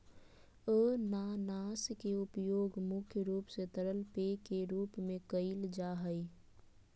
अनानास के उपयोग मुख्य रूप से तरल पेय के रूप में कईल जा हइ